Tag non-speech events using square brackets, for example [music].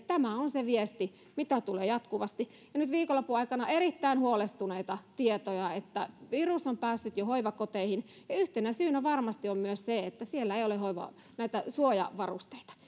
[unintelligible] tämä on se viesti mitä tulee jatkuvasti nyt viikonlopun aikana tuli erittäin huolestuttavia tietoja että virus on päässyt jo hoivakoteihin yhtenä syynä varmasti on myös se että siellä ei ole näitä suojavarusteita